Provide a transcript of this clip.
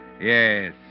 Yes